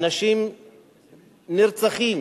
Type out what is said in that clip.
אנשים נרצחים